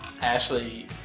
Ashley